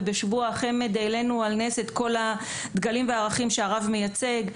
ובשבוע החמ"ד העלינו על נס את כל הדגלים והערכים שהרב מייצג.